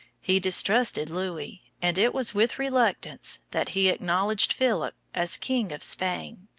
he distrusted louis, and it was with reluctance that he acknowledged philip as king of spain.